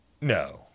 no